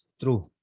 true